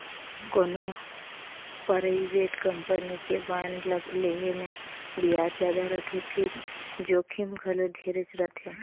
कोनो private company के bond ल लेहे मे बियाज जादा रथे फिर जोखिम घलो ढेरेच रथे